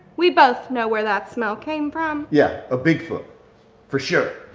we both know where that smell came from. yeah, a bigfoot for sure.